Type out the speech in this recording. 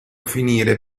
finire